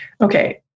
okay